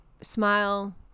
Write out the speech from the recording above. smile